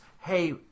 hey